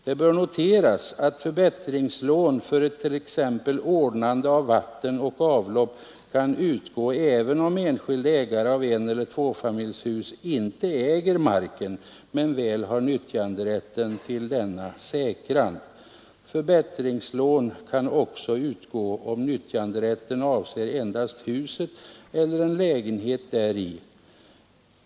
Det bör noteras att förbättringslån för t.ex. ordnande av vatten och avlopp kan utgå även om enskild ägare av eneller tvåfamiljshus inte äger marken men väl har nyttjanderätten till denna säkrad. Förbättringslån kan också utgå om nyttjanderätten avser endast huset eller en lägenhet däri.